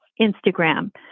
Instagram